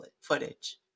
footage